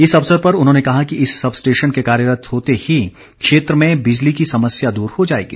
इस अवसर पर उन्होंने कहा कि इस सब स्टेशन के कार्यरत होते ही क्षेत्र में बिजली की समस्या दूर हो जाएगी